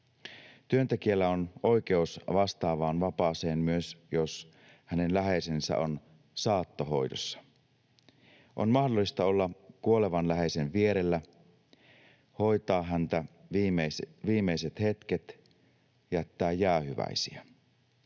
Työntekijällä on oikeus vastaavaan vapaaseen myös, jos hänen läheisensä on saattohoidossa. On mahdollista olla kuolevan läheisen vierellä, hoitaa häntä viimeiset hetket, jättää jäähyväisiä,